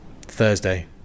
Thursday